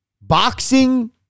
Boxing